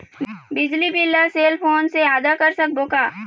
बिजली बिल ला cell phone से आदा कर सकबो का?